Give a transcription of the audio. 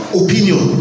opinion